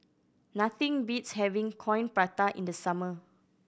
nothing beats having Coin Prata in the summer